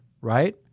right